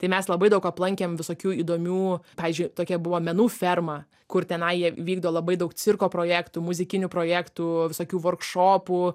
tai mes labai daug aplankėm visokių įdomių pavyzdžiui tokia buvo menų ferma kur tenai jie vykdo labai daug cirko projektų muzikinių projektų visokių vorkšopų